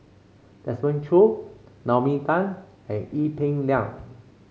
Desmond Choo Naomi Tan and Ee Peng Liang